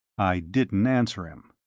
i didn't answer him.